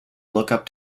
lookup